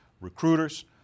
recruiters